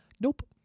Nope